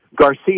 Garcia